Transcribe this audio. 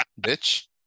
bitch